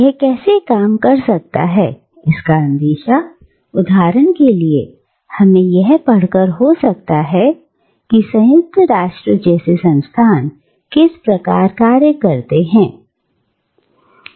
यह कैसे काम कर सकता है इसका अंदेशा उदाहरण के लिए हमें यह पढ़कर हो सकता है कि संयुक्त राष्ट्र जैसे संस्थान किस प्रकार कार्य करते हैं